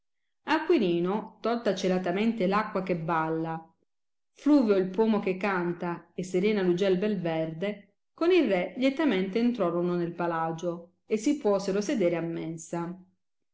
acquirino tolta celatamente l acqua che balla fluvio il pomo che canta e serena l'ugel bel verde con il re lietamente entrorono nel palagio e si puosero sedere a